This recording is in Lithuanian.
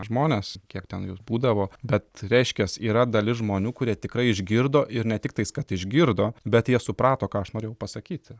žmonės kiek ten jų būdavo bet reiškias yra dalis žmonių kurie tikrai išgirdo ir ne tiktais kad išgirdo bet jie suprato ką aš norėjau pasakyti